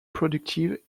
productive